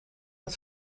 het